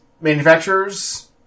manufacturers